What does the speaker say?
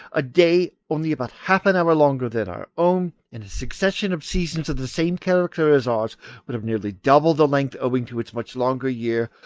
a day only about half an hour longer than our own, and a succession of seasons of the same character as ours but of nearly double the length owing to its much longer year,